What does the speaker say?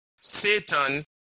Satan